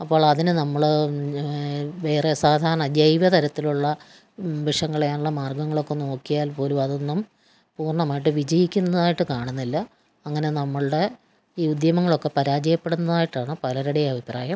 അപ്പോൾ അതിന് നമ്മൾ വേറെ സാധാരണ ജൈവതരത്തിലുള്ള വിഷം കളയാനുള്ള മാർഗങ്ങളൊക്കെ നോക്കിയാൽപ്പോലും അതൊന്നും പൂർണമായിട്ട് വിജയിക്കുന്നതായിട്ട് കാണുന്നില്ല അങ്ങനെ നമ്മളുടെ ഈ ഉദ്യമങ്ങളൊക്കെ പരാജയപ്പെടുന്നതായിട്ടാണ് പലരുടെയും അഭിപ്രായം